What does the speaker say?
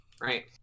Right